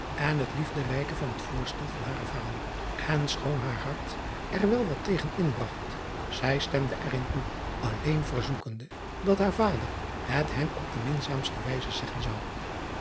en het liefderijke van het voorstel van haren vader en schoon haar hart er wel wat tegen inbragt zij stemde er in toe alleen verzoekende dat haar vader het hem op de minzaamste wijze zeggen zou